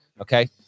Okay